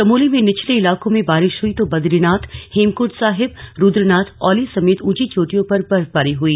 चमोली में निचले इलाकों में बारिश हुई तो बदरीनाथ हेमकुंड साहिब रुद्रनाथ औली समेत ऊंची चोटियों पर बर्फबारी हुई